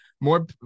more